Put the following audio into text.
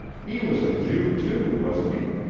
he was a jew, too, wasn't he?